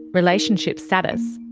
relationship status,